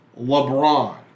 LeBron